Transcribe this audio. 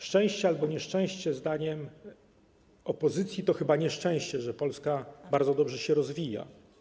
Szczęście albo nieszczęście, zdaniem opozycji to chyba nieszczęście, że Polska bardzo dobrze się rozwija.